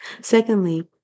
Secondly